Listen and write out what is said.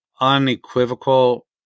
unequivocal